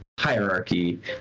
hierarchy